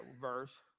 verse